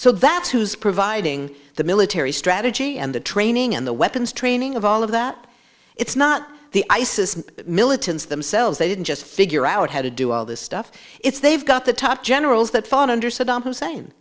so that's who's providing the military strategy and the training and the weapons training of all of that it's not the isis militants themselves they didn't just figure out how to do all this stuff it's they've got the top generals that fall under saddam hussein